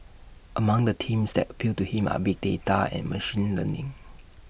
among the themes that appeal to him are big data and machine learning